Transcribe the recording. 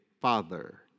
Father